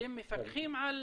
אתם מפקחים על